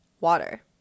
water